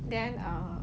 then err